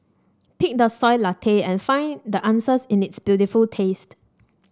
pick the Soy Latte and find the answers in its beautiful taste